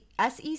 SEC